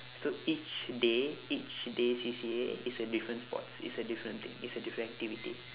so each day each day C_C_A is a different sports is a different thing is a different activity